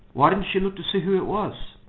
why didn't she look to see who it was?